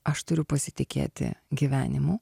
aš turiu pasitikėti gyvenimu